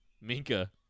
Minka